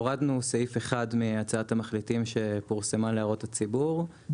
הורדנו סעיף אחד מהצעת המחליטים שפורסמה להערות הציבור,